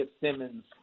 Simmons